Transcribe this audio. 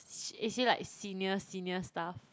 is is she like senior senior staff